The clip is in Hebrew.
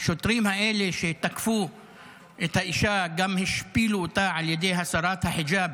השוטרים האלה שתקפו את האישה גם השפילו אותה על ידי הסרת החיג'אב.